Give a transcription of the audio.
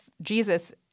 Jesus